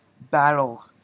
battle